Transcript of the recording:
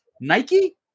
Nike